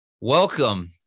Welcome